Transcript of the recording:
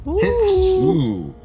hits